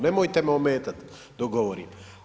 Nemojte me ometat dok govorim.